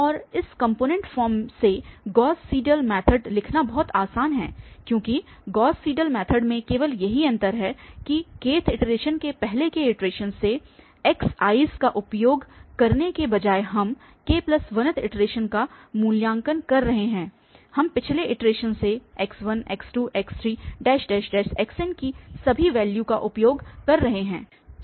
और इस component form से गॉस सीडल मैथड लिखना बहुत आसान है क्योंकि गॉस सीडल मैथड में केवल यही अंतर है की kth इटरेशन के पहले के इटरेशन से x i s का उपयोग करने की बजाय हम k1th इटरेशन का मूल्यांकन कर रहे हैं हम पिछले इटरेशन से x1 x2 x3 xn की सभी वैल्यूस का उपयोग कर रहे हैं